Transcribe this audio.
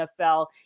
NFL